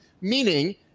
meaning